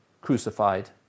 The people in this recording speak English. crucified